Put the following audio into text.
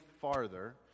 farther